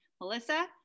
Melissa